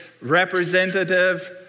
representative